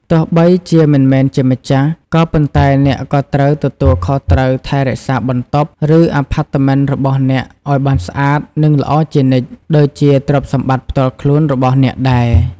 ទោះបីជាមិនមែនជាម្ចាស់ ក៏ប៉ុន្តែអ្នកក៏ត្រូវទទួលខុសត្រូវថែរក្សាបន្ទប់ ឬអាផាតមិនរបស់អ្នកឱ្យបានស្អាត និងល្អជានិច្ច ដូចជាទ្រព្យសម្បត្តិផ្ទាល់ខ្លួនរបស់អ្នកដែរ។